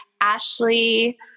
Ashley